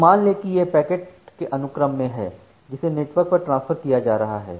तो मान लें कि ये पैकेट के अनुक्रम में हैं जिन्हें नेटवर्क पर ट्रांसफर किया जा रहा है